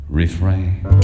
refrain